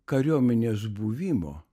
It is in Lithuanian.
kariuomenės buvimo